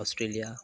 Australia